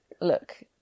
look